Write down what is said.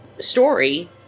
story